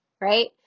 right